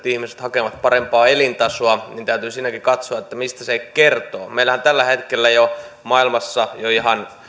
ihmiset hakevat parempaa elintasoa niin täytyy siinäkin katsoa mistä se kertoo meillähän on tällä hetkellä jo maailmassa jo ihan